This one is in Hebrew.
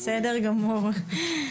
בסדר גמור.